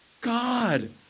God